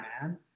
man